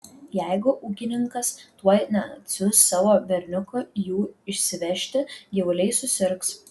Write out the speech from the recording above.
jeigu ūkininkas tuoj neatsiųs savo berniuko jų išsivežti gyvuliai susirgs